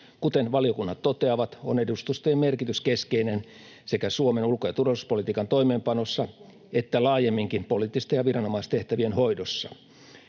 Kuten valiokunnat toteavat, on edustustojen merkitys keskeinen sekä Suomen ulko- ja turvallisuuspolitiikan toimeenpanossa että laajemminkin poliittisten ja viranomaistehtävien hoidossa.